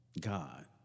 God